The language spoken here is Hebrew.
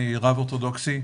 אני רב אורתודוכסי,